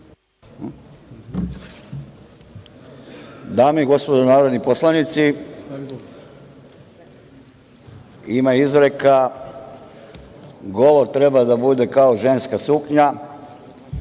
Dame i gospodo narodni poslanici, ima izreka – govor treba da bude kao ženska suknja,